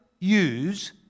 Use